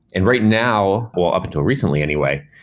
and right now, well, up until recently anyway,